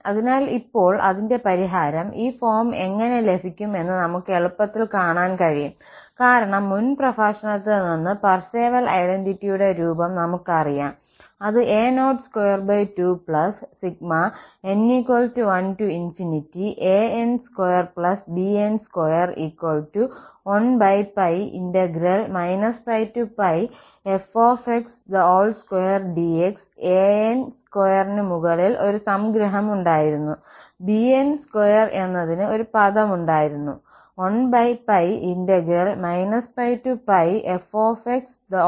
അതിനാൽ ഇപ്പോൾ അതിന്റെ പരിഹാരം ഈ ഫോം എങ്ങനെ ലഭിക്കും എന്ന് നമുക്ക് എളുപ്പത്തിൽ കാണാൻ കഴിയും കാരണം മുൻ പ്രഭാഷണത്തിൽ നിന്ന് പാർസെവൽ ഐഡന്റിറ്റിയുടെ രൂപം നമുക്കറിയാം അത് a022n1an2bn21 πfx2dx an2 ന് മുകളിൽ ഒരു സംഗ്രഹം ഉണ്ടായിരുന്നു bn2 എന്നതിന് ഒരു പദം ഉണ്ടായിരുന്നു 1 πfx2dx